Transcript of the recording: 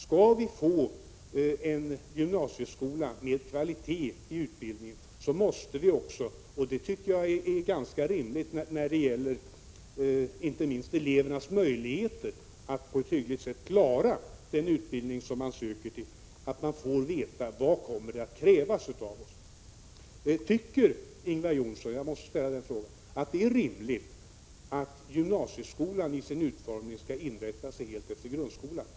Skall vi få en gymnasieskola med kvalitet i utbildningen måste man också — det tycker jag är ganska rimligt när det gäller inte minst elevernas möjligheter att på ett hyggligt sätt klara den utbildning som de söker till — få veta vad som kommer att krävas av en. Tycker Ingvar Johnsson — jag måste ställa den frågan — att det är rimligt att gymnasieskolan i sin utformning skall inrätta sig helt efter grundskolan?